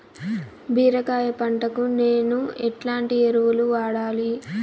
బీరకాయ పంటకు నేను ఎట్లాంటి ఎరువులు వాడాలి?